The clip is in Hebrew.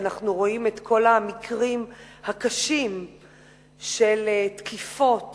ואנחנו רואים את כל המקרים הקשים של תקיפות